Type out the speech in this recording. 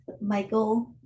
Michael